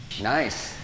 nice